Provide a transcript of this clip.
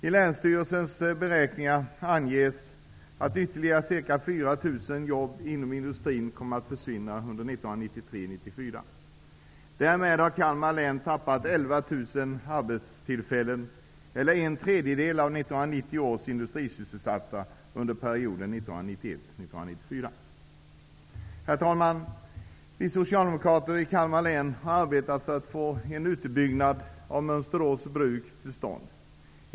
I länsstyrelsens beräkningar anges att ytterligare ca 4 000 jobb inom industrin kommer att försvinna under 1993--1994. Därmed har Kalmar län tappat Herr talman! Vi socialdemokrater i Kalmar län har arbetat för att få en utbyggnad av Mönsterås Bruk till stånd.